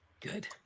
Good